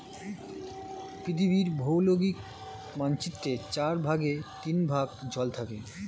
পৃথিবীর ভৌগোলিক মানচিত্রের চার ভাগের তিন ভাগ জল থাকে